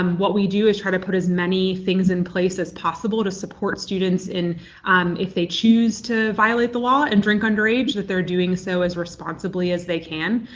um what we do is try to put as many things in place as possible to support students in if they choose to violate the law and drink underage, that they're doing so as responsibly as they can.